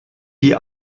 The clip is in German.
die